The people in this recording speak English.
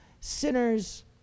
sinners